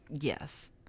Yes